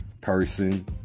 person